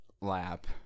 lap